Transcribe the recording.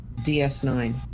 DS9